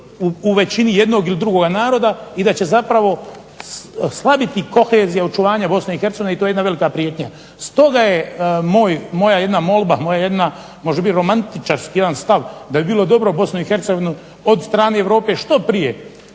u većini jednog ili drugog naroda i da će zapravo slabiti kohezija očuvanja Bosne i Hercegovine i to je jedna velika prijetnja. Stoga je moja jedna molba, može biti romantičarski stav da bi bilo dobro Bosnu i hErcegovinu od strane Europe što prije